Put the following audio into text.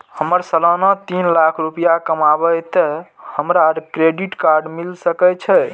हमर सालाना तीन लाख रुपए कमाबे ते हमरा क्रेडिट कार्ड मिल सके छे?